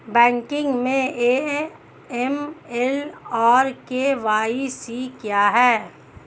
Banking में AML और KYC क्या हैं?